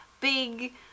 big